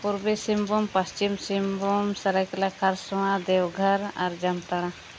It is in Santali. ᱯᱩᱨᱵᱤ ᱥᱤᱢᱵᱷᱩᱢ ᱯᱚᱥᱪᱤᱢ ᱥᱤᱢᱵᱷᱩᱢ ᱥᱟᱨᱟᱭᱠᱮᱞᱞᱟ ᱠᱷᱟᱨᱥᱚᱶᱟ ᱫᱮᱣᱜᱷᱚᱨ ᱟᱨ ᱡᱟᱢᱛᱟᱲᱟ